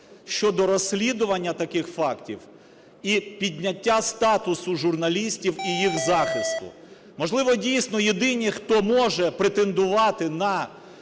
щодо розслідування таких фактів і підняття статусу журналістів і їх захисту. Можливо, дійсно, єдині, хто може претендувати на